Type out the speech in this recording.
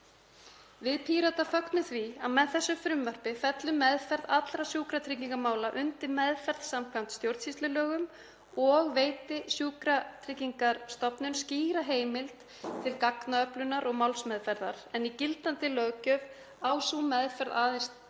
Við Píratar fögnum því að með þessu frumvarpi fellur meðferð allra sjúkratryggingamála undir meðferð samkvæmt stjórnsýslulögum og sjúkratryggingastofnuninni er veitt skýr heimild til gagnaöflunar og málsmeðferðar en í gildandi löggjöf á sú meðferð aðeins við um